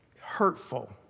hurtful